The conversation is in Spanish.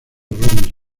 ronnie